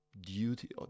Duty